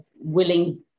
willing